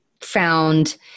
found